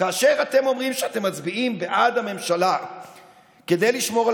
כאשר אתם אומרים שאתם מצביעים בעד הממשלה כדי לשמור על